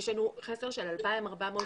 יש לנו חסר של 2,400 כיתות.